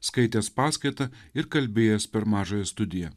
skaitęs paskaitą ir kalbėjęs per mažąją studiją